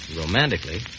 Romantically